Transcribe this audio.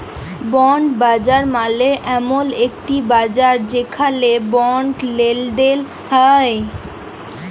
bond বাজার মালে এমল একটি বাজার যেখালে বন্ড লেলদেল হ্য়েয়